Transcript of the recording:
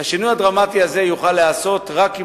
השינוי הדרמטי הזה יוכל להיעשות רק אם